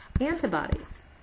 antibodies